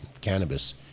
Cannabis